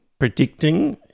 predicting